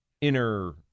inner